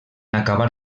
acabar